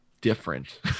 different